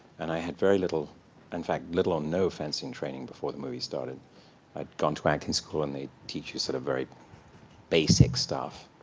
and i had very little in fact, little or no fencing training before the movie started. i had gone to acting school, and they teach you, sort of, very basic stuff,